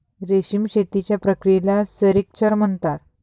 रेशीम शेतीच्या प्रक्रियेला सेरिक्चर म्हणतात